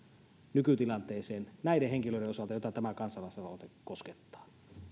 nykytilanteesta näiden henkilöiden osalta joita tämä kansalaisaloite koskettaa